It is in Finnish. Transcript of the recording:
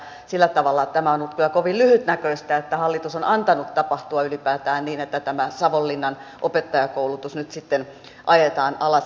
sillä tavalla tämä on ollut kyllä kovin lyhytnäköistä että hallitus on antanut tapahtua ylipäätään niin että tämä savonlinnan opettajankoulutus nyt sitten ajetaan alas